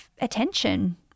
attention